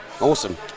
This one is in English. awesome